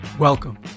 Welcome